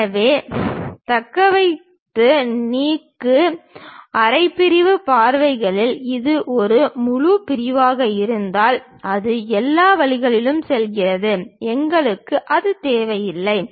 எனவே தக்கவை நீக்கு அரை பிரிவு பார்வைகளில் அது ஒரு முழுப் பிரிவாக இருந்தால் அது எல்லா வழிகளிலும் செல்கிறது எங்களுக்கு அது தேவையில்லை